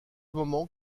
moment